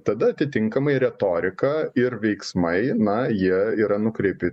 tada atitinkamai retorika ir veiksmai na jie yra nukreipi